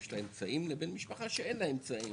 לה אמצעים לבין משפחה שאין לה אמצעים.